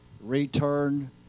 return